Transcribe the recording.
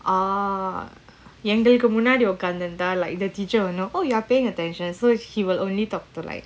orh எங்களுக்குமுன்னாடிஉட்கார்ந்துருந்தா:engaluku munnadi utkarnthuruntha like the teacher will know cause you are paying attention so he will only talk to like